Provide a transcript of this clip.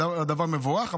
הדבר מבורך,